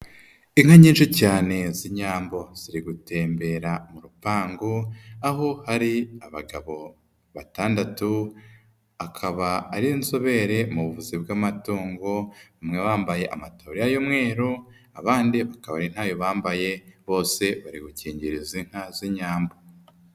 Inka nyinshi cyane z'inyambo. Ziri gutembera mu rupangu, aho hari abagabo batandatu, akaba ari inzobere mu buvuzi bw'amatongo, bamwe bambaye amataburiya y'umweru, abandi bakaba ari ntayo bambaye, bose bari gukingira izi nka z'inyambo.